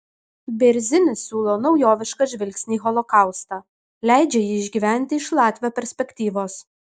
bėrzinis siūlo naujovišką žvilgsnį į holokaustą leidžia jį išgyventi iš latvio perspektyvos